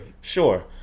Sure